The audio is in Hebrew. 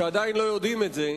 שעדיין לא יודעים את זה,